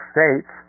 States